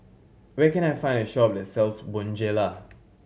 where can I find a shop that sells Bonjela